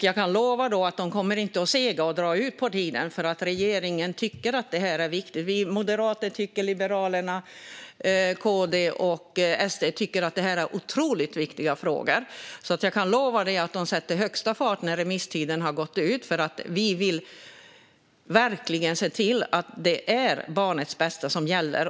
Jag kan lova att man inte kommer att dra ut på det, för alla regeringspartier och Sverigedemokraterna tycker att detta är otroligt viktiga frågor. Jag kan därför lova att regeringen sätter full fart när remisstiden har gått ut, för man vill verkligen se till att barnets bästa gäller.